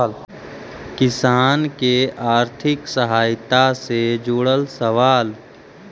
किसान के आर्थिक सहायता से जुड़ल सवाल?